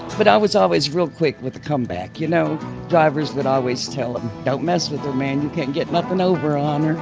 but i was always real quick with a comeback. you know drivers always tell em, don't mess with her man. you can't get nothing over on her.